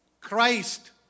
Christ